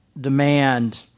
demand